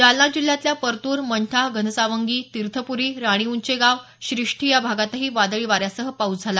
जालना जिल्ह्यातल्या परतूर मंठा घनसावंगी तीर्थपुरी राणीउंचेगाव श्रीष्ठी या भागातही वादळी वाऱ्यासह पाऊस झाला